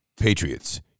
Patriots